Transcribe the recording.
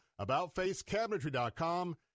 AboutFaceCabinetry.com